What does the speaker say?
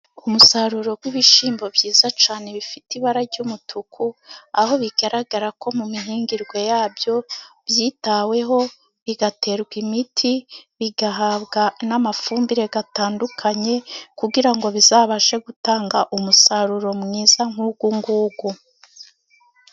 Umusaruro w'ibishyimbo byiza cyane bifite ibara ry'umutuku. Aho bigaragara ko mu mihingirwe yabyo byitaweho, bigaterwa imiti, bigahabwa n'amafumbire atandukanye. Kugira ngo bizabashe gutanga umusaruro mwiza nk'uyu.